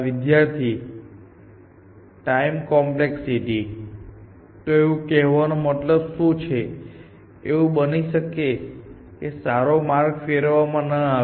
વિદ્યાર્થી time complexity તો એવું કહેવાનો મતલબ શું છે કે એવું બની શકે સારો માર્ગ ફેરવવામાં ન આવે